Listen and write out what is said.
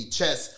Chess